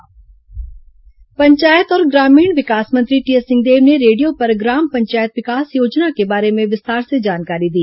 सिंहदेव हमर ग्राम समा पंचायत और ग्रामीण विकास मंत्री टीएस सिंहदेव ने रेडियो पर ग्राम पंचायत विकास योजना के बारे में विस्तार से जानकारी दी